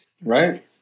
right